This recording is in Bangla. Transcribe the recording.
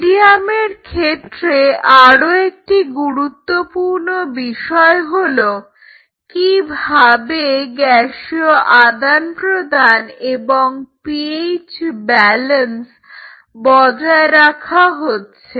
মিডিয়ামের ক্ষেত্রে আরো একটি গুরুত্বপূর্ণ বিষয় হলো কিভাবে গ্যাসীয় আদান প্রদান এবং পিএইচ ব্যালেন্স বজায় রাখা হচ্ছে